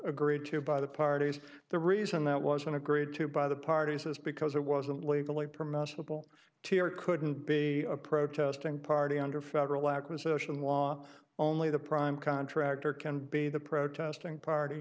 agreed to by the parties the reason that was one agreed to by the parties is because it wasn't legally permissible to or couldn't be a protesting party under federal acquisition long only the prime contractor can be the protesting party